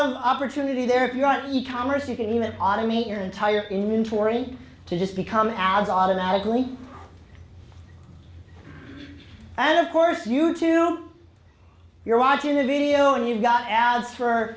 of opportunity there if you want e commerce you can even automate your entire inventory to just become as automatically and of course you two you're watching a video and you've got ads for